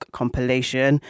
compilation